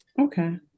okay